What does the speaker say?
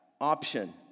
option